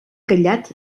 callat